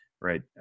Right